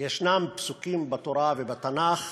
ישנם פסוקים בתורה ובתנ"ך